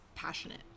Passionate